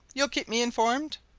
you'll keep me informed?